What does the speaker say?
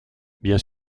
bien